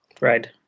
Right